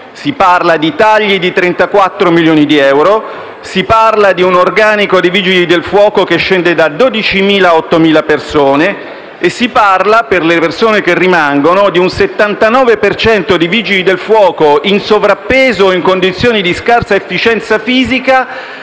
si parla di tagli di 34 milioni di euro, di un organico dei vigili del fuoco che scende da 12.000 a 8.000 persone e si parla, per le persone che rimangono, di un 79 per cento di vigili del fuoco in sovrappeso e in condizioni di scarsa efficienza fisica